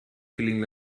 feeling